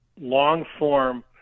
long-form